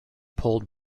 pulled